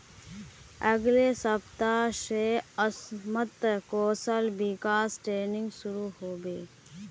अगले सप्ताह स असमत कौशल विकास ट्रेनिंग शुरू ह बे